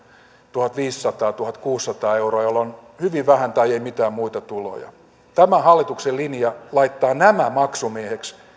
tuhatviisisataa viiva tuhatkuusisataa euroa ja jolla on hyvin vähän tai ei mitään muita tuloja tämä hallituksen linja laittaa maksumieheksi